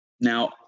Now